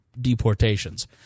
deportations